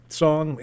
song